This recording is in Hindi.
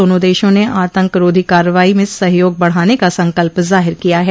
दोनों देशों ने आंतकरोधी कार्रवाई में सहयोग बढ़ाने का संकल्प ज़ाहिर किया है